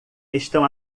estão